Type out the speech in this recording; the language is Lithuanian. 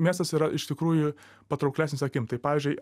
miestas yra iš tikrųjų patrauklesnis akim tai pavyzdžiui